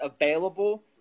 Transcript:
available